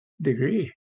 degree